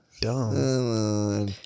dumb